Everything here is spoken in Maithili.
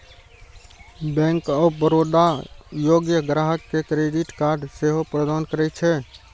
बैंक ऑफ बड़ौदा योग्य ग्राहक कें क्रेडिट कार्ड सेहो प्रदान करै छै